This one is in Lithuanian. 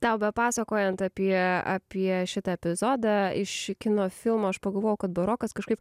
tau bepasakojant apie apie šitą epizodą iš kino filmo aš pagalvojau kad barokas kažkaip